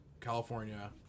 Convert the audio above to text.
California